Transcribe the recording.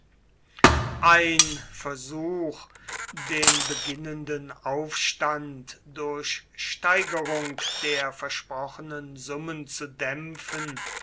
ein versuch den beginnenden aufstand durch steigerung der versprochenen summen zu dämpfen